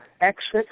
exit